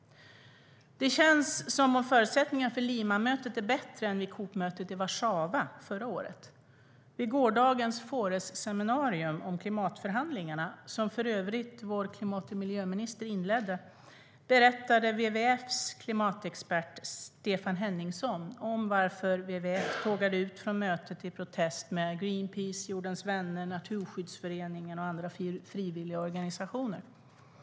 Det känns som om förutsättningarna för Limamötet är bättre än för COP-mötet i Warszawa förra året. Vid gårdagens Foresseminarium om klimatförhandlingarna, som för övrigt vår klimat och miljöminister inledde, berättade WWF:s klimatexpert Stefan Henningsson varför WWF tillsammans med Greenpeace, Jordens Vänner, Naturskyddsföreningen och andra frivilligorganisationer tågade ut från mötet i protest.